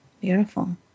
Beautiful